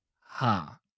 ha